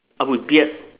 uh with beard